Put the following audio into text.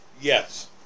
Yes